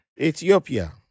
Ethiopia